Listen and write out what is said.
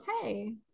okay